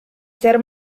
ser